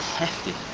hefty.